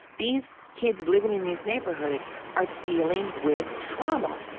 these kids living in these neighborhoods are dealing with trauma.